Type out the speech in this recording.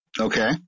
Okay